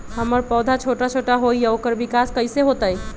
हमर पौधा छोटा छोटा होईया ओकर विकास कईसे होतई?